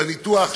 בניתוח,